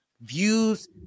views